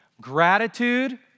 Gratitude